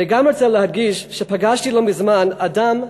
אני גם רוצה להדגיש שפגשתי לא מזמן אדם,